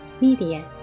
media